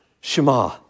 Shema